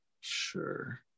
Sure